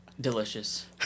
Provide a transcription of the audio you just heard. delicious